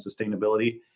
Sustainability